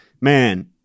man